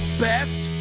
Best